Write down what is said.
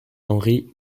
henry